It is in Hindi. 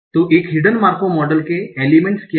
तो एक हिडन मार्कोव मॉडल के एलीमेंट्स क्या हैं